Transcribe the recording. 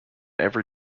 every